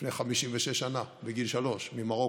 לפני 56 שנה, בגיל שלוש, ממרוקו.